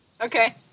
Okay